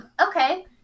Okay